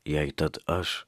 jei tad aš